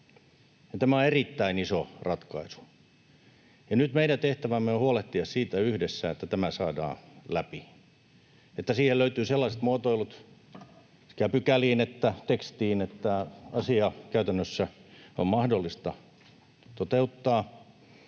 Tämä on erittäin iso ratkaisu, ja nyt meidän tehtävämme on huolehtia siitä yhdessä, että tämä saadaan läpi, että siihen löytyy sellaiset muotoilut sekä pykäliin että tekstiin, että asia käytännössä on mahdollista toteuttaa,